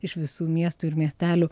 iš visų miestų ir miestelių